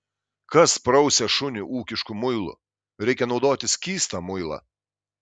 kas prausia šunį ūkišku muilu reikia naudoti skystą muilą